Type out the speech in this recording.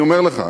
אני אומר לך,